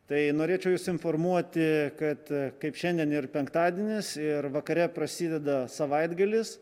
tai norėčiau jus informuoti kad kaip šiandien ir penktadienis ir vakare prasideda savaitgalis